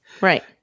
Right